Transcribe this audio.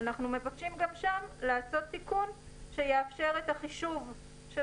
לאפשר גם שם לבצע תיקון שיאפשר את מועד החישוב של